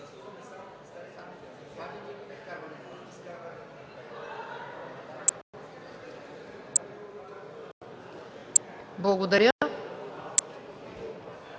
Благодаря